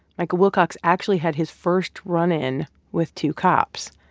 michael wilcox actually had his first run-in with two cops,